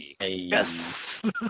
Yes